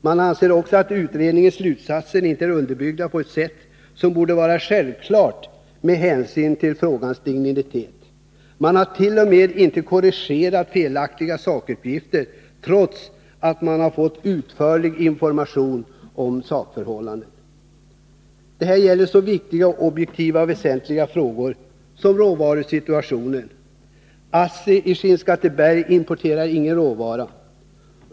Man anser också att utredningens slutsatser inte är underbyggda på ett sätt som borde vara självklart med hänsyn till frågans dignitet. Man har inte ens korrigerat felaktiga sakuppgifter, trots att man fått utförlig information om sakförhållandena. Detta gäller så viktiga och objektivt väsentliga frågor som råvarusituationen. ASSI i Skinnskatteberg importerar inga råvaror.